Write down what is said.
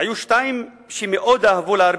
היו שתיים שמאוד אהבו להרביץ,